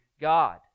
God